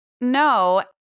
no